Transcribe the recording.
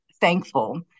thankful